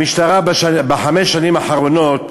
המשטרה בחמש השנים האחרונות